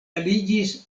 aliĝis